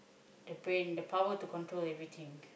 the pain the power to control everything